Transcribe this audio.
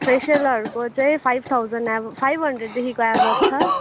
फेसियलहरूको चाहिँ five thousand above five हन्ड्रेडदेखिको above छ